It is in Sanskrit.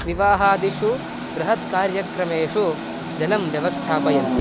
विवाहादिषु बृहत् कार्यक्रमेषु जलं व्यवस्थापयन्ति